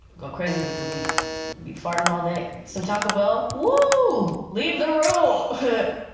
go crazy with the wheat. i'll be farting all day. some taco bell, whoo! leave the room.